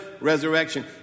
Resurrection